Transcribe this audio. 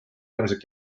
äärmiselt